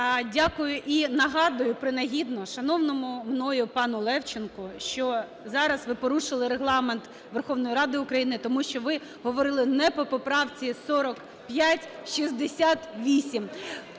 Дякую. І нагадую принагідно шановному мною пану Левченку, що зараз ви порушили Регламент Верховної Ради України, тому що ви говорили не по поправці 4568.